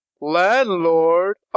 landlord